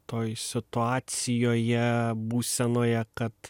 toj situacijoje būsenoje kad